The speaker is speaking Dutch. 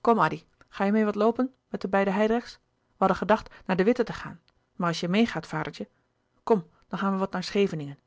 kom addy ga je meê wat loopen met de beide hijdrechts we hadden gedacht naar de witte te gaan maar als je meêgaat vadertje kom dan gaan we wat naar scheveningen